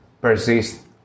persist